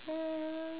um